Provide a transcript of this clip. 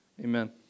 Amen